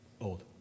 old